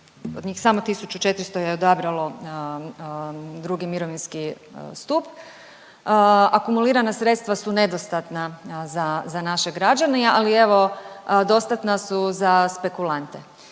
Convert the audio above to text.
od njih samo 1400 je odabralo drugi mirovinski stup, akumulirana sredstva su nedostatna za naše građane, ali evo dostatna su za spekulante.